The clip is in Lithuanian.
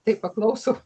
tai paklauso